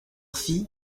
fille